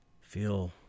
feel